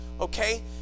Okay